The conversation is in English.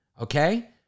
okay